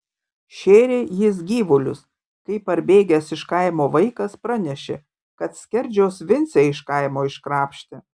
šėrė jis gyvulius kai parbėgęs iš kaimo vaikas pranešė kad skerdžiaus vincę iš kaimo iškrapštė